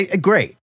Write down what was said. Great